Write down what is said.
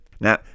Now